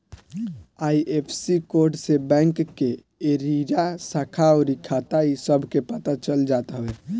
IFSC code से bank के area, शाखा अउरी खाता इ सब के पता चल जात हवे